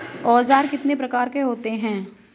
औज़ार कितने प्रकार के होते हैं?